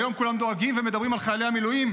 היום כולם דואגים ומדברים על חיילי המילואים,